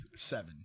Seven